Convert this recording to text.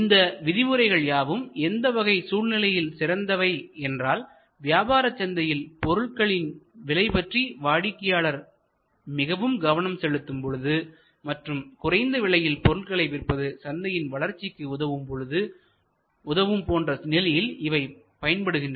இந்த விதிமுறைகள் யாவும் எந்த வகை சூழ்நிலையில் சிறந்தவை என்றால் வியாபார சந்தையில் பொருட்களின் விலை பற்றி வாடிக்கையாளர் மிகவும் கவனம் செலுத்தும் பொழுதும் மற்றும் குறைந்த விலையில் பொருட்களை விற்பது சந்தையின் வளர்ச்சிக்கு உதவும் போன்ற நிலையில் இவை பயன்படுகின்றன